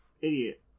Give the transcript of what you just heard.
idiot